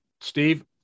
steve